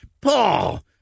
Paul